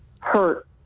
hurt